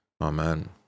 Amen